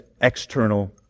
external